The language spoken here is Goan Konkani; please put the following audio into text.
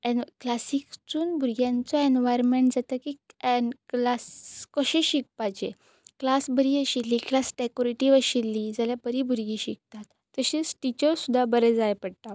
ऍन क्लासीनसून भुरग्यांचो ऍनवायरमँट जाता की ऍन क्लास कशें शिकपाचे क्लास बरी आशिल्ली क्लास डॅकोरेटीव आशिल्ली जाल्यार बरीं भुरगीं शिकतात तशींच टिचर सुद्दां बरे जाय पडटा